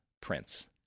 Prince